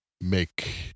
make